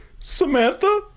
Samantha